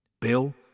Bill